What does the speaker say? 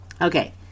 Okay